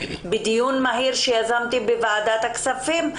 בדיון מהיר שיזמתי בוועדת הכספים,